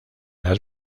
las